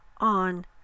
on